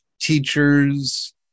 teachers